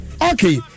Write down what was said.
Okay